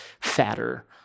fatter